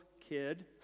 kid